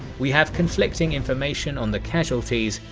we have conflicting information on the casualties,